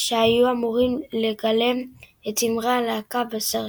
שהיו אמורים לגלם את זמרי הלהקה בסרט.